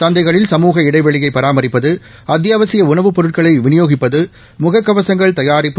சந்தைகளில் சமூக இடைவெளியை பராமிப்பது அத்தியாவசிய உணவுப் பொருட்களை விளியோகிப்பது முகக்கவசங்கள் தயாரிப்பு